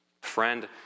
Friend